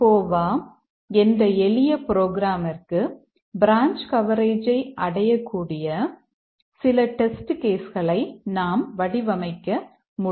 வ என்ற எளிய ப்ரோக்ராம்ற்கு பிரான்ச் கவரேஜை அடையக்கூடிய சில டெஸ்ட் கேஸ் களை நாம் வடிவமைக்க முடியும்